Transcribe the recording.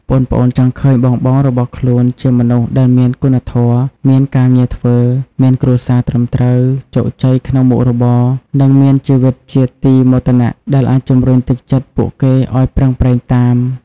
ប្អូនៗចង់ឃើញបងៗរបស់ខ្លួនជាមនុស្សដែលមានគុណធម៌ មានការងារធ្វើ មានគ្រួសារត្រឹមត្រូវ ជោគជ័យក្នុងមុខរបរ និងមានជីវិតជាទីមោទនៈ ដែលអាចជំរុញទឹកចិត្តពួកគេឱ្យប្រឹងប្រែងតាម។